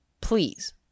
Please